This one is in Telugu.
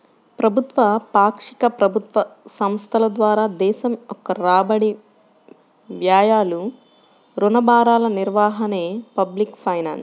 ప్రభుత్వ, పాక్షిక ప్రభుత్వ సంస్థల ద్వారా దేశం యొక్క రాబడి, వ్యయాలు, రుణ భారాల నిర్వహణే పబ్లిక్ ఫైనాన్స్